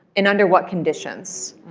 and under what conditions?